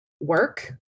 work